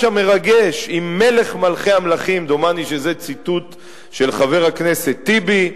המרגש עם 'מלך מלכי המלכים'" דומני שזה ציטוט של חבר הכנסת טיבי,